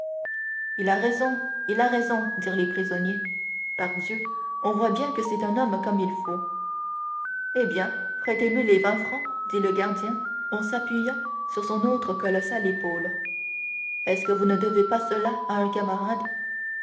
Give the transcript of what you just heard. il a raison il a raison dirent les prisonniers pardieu on voit bien que c'est un homme comme il faut eh bien prêtez lui les vingt francs dit le gardien en s'appuyant sur son autre colossale épaule est-ce que vous ne devez pas cela à un camarade